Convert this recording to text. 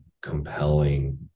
compelling